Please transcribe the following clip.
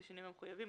בשינויים המחויבים,